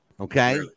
okay